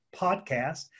podcast